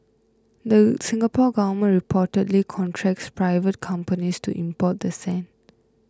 the Singapore Government reportedly contracts private companies to import the sand